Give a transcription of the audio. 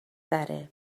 تره